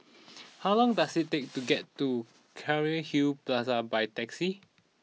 how long does it take to get to Cairnhill Plaza by taxi